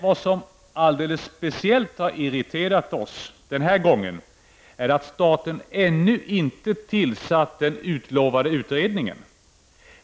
Vad som alldeles speciellt irriterar oss den här gången är att staten ännu inte tillsatt den utlovade utredningen.